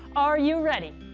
are you ready?